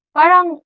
parang